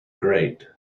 great